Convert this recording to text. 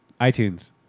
iTunes